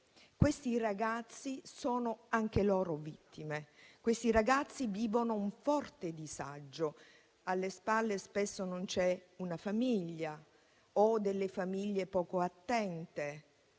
questi ragazzi sono anche loro vittime. Questi ragazzi vivono un forte disagio; alle spalle spesso non c'è una famiglia, ci sono delle famiglie poco attente